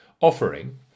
offering